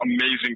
amazing